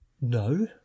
No